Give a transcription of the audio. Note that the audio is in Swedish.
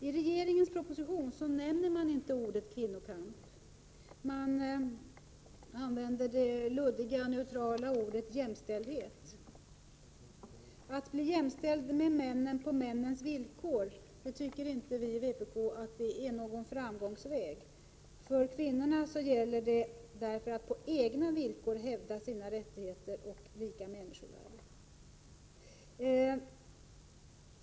I regeringens proposition nämns inte ordet kvinnokamp. Man använder det luddiga neutrala ordet jämställdhet. Att bli jämställd med männen på männens villkor tycker inte vi i vpk är någon framgångsväg. För kvinnorna gäller det därför att på egna villkor hävda sina rättigheter och lika människovärde.